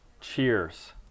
cheers